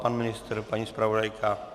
Pan ministr, paní zpravodajka?